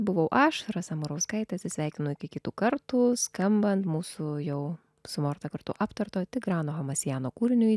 buvau aš rasa murauskaitė atsisveikinu iki kitų kartų skambant mūsų jau su morta kartu aptarto tigrano hamasijano kūriniui